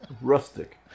Rustic